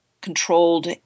controlled